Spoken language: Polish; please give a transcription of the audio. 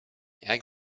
jak